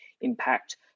impact